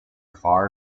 far